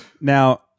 Now